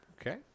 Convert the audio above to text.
Okay